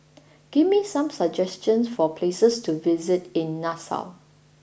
give me some suggestions for places to visit in Nassau